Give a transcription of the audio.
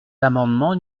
l’amendement